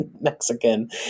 Mexican